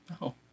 No